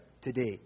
today